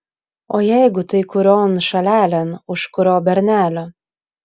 o jeigu tai kurion šalelėn už kurio bernelio